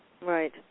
Right